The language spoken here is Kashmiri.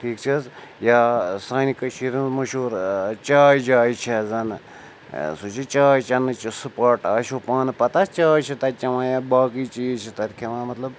ٹھیٖک چھِ حظ یا سانہِ کٔشیٖرِ ہُنٛد مشہوٗر چاے جاے چھےٚ زَنہٕ سُہ چھُ چاے چَنٕچ سپاٹ آسہِ چھُ پانہٕ پَتہ چاے چھِ تَتہِ چٮ۪وان یا باقٕے چیٖز چھِ تَتہِ کھٮ۪وان مطلب